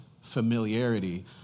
Familiarity